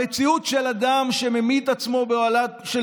המציאות של אדם שממית עצמו באוהלה של